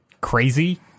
crazy